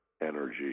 energy